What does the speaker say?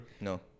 no